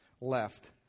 left